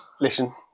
listen